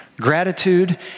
gratitude